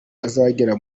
azagera